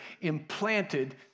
implanted